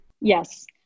Yes